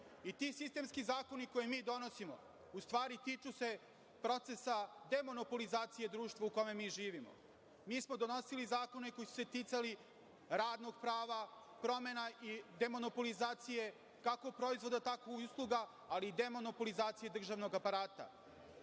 i ti sistemski zakoni koje mi donosimo u stvari tiču se procesa demonopolizacije društva u kome mi živimo. Mi smo donosili zakone koji su se ticali radnog prava, promena i demonopolizacije kako proizvoda tako i usluga, ali i demonopolizacije državnog aparata.